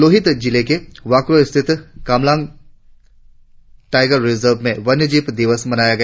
लोहित जिला के वाक्रो स्थित कामलांग टाईगर रिजर्व में वन्यजीव दिवस मनाया गया